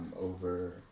over